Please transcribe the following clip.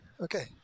Okay